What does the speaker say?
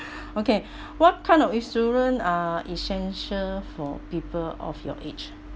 okay what kind of insurance are essential for people of your age